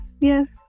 yes